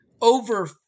over